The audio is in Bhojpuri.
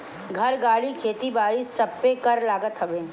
घर, गाड़ी, खेत बारी सबपे कर लागत हवे